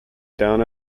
down